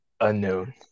Unknown